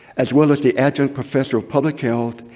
as well as the adjunct professor of public health,